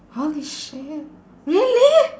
holy shit really